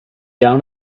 down